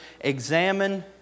examine